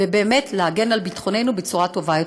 ובאמת להגן על ביטחוננו בצורה טובה יותר.